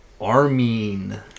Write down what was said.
Armin